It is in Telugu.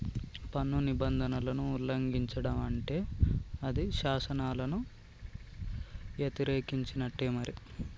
పన్ను నిబంధనలను ఉల్లంఘిచడం అంటే అది శాసనాలను యతిరేకించినట్టే మరి